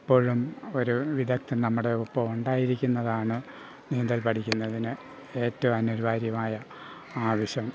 എപ്പോഴും ഒരു വിദഗ്ധൻ നമ്മുടെ ഒപ്പം ഉണ്ടായിരിക്കുന്നതാണ് നീന്തൽ പഠിക്കുന്നതിന് ഏറ്റവും അനിവാര്യമായ ആവശ്യം